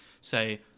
Say